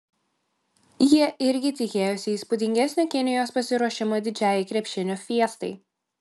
jie irgi tikėjosi įspūdingesnio kinijos pasiruošimo didžiajai krepšinio fiestai